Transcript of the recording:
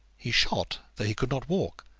he shot, though he could not walk.